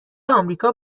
آمریکا